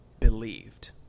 Believed